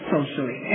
socially